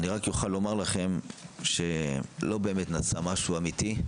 אני רק אוכל לומר לכם שלא באמת נעשה משהו אמיתי.